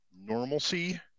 normalcy